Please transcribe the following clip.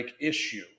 issue